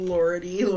Lordy